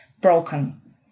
broken